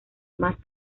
más